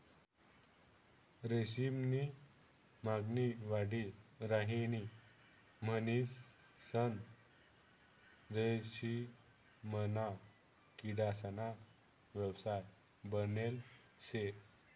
रेशीम नी मागणी वाढी राहिनी म्हणीसन रेशीमना किडासना व्यवसाय बनेल शे